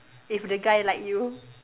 if the guy like you